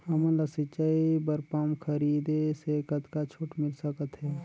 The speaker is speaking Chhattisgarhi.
हमन ला सिंचाई बर पंप खरीदे से कतका छूट मिल सकत हे?